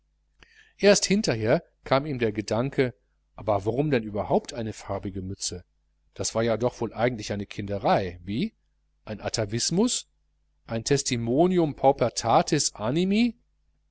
erst hinterher kam ihm der gedanke aber warum denn überhaupt eine farbige mütze das war ja doch wohl eigentlich eine kinderei wie ein atavismus ein testimonium paupertatis animi